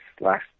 last